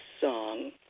song